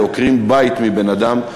עוקרים בית מבן-אדם.